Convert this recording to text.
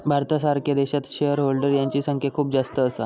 भारतासारख्या देशात share holder यांची संख्या खूप जास्त असा